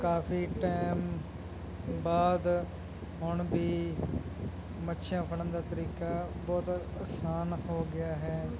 ਕਾਫੀ time ਬਾਅਦ ਹੁਣ ਵੀ ਮੱਛੀਆਂ ਫੜਨ ਦਾ ਤਰੀਕਾ ਬਹੁਤ ਆਸਾਨ ਹੋ ਗਿਆ ਹੈ